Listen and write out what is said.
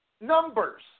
Numbers